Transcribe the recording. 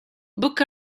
book